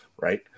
right